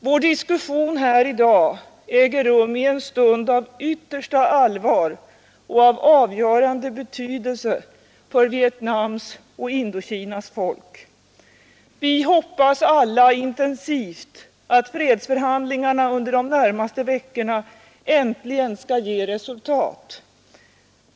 Vår diskussion i dag äger rum i en stund av yttersta allvar och avgörande betydelse för Vietnams och Indokinas folk. Vi hoppas intensivt att fredsförhandlingarna under de närmaste veckorna äntligen skall ge resultat.